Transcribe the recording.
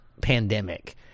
pandemic